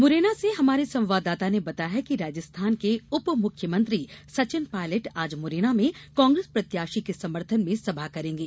मुरैना से हमारे संवाददाता ने बताया है कि राजस्थान के उप मुख्यमंत्री सचिन पायलट आज मुरैना में कांग्रेस प्रत्याशी के समर्थन में सभा करेंगे